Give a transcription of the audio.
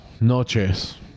Noches